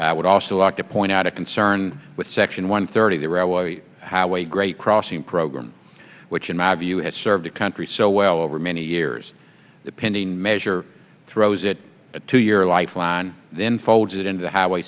that would also like to point out a concern with section one thirty that how a great crossing program which in my view is serve the country so well over many years depending measure throws it to your lifeline then fold it into a highway